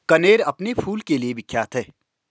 कनेर अपने फूल के लिए विख्यात है